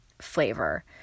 flavor